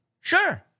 Sure